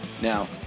Now